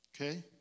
Okay